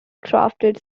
crafted